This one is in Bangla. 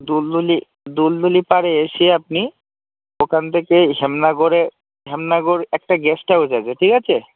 দুলদুলি দুলদুলি পাড়ে এসে আপনি ওখান থেকে শ্যামনগরে শ্যামনগর একটা গেস্ট হাউস আছে ঠিক আছে